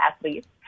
athletes